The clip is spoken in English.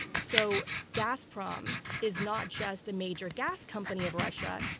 so gazprom is not just a major gas company of russia.